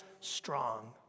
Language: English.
strong